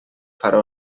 farà